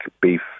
beef